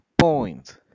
points